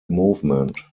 movement